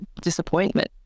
disappointment